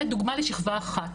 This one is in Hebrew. זו דוגמא לשכבה אחת.